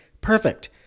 Perfect